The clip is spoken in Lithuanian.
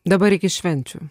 dabar iki švenčių